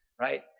right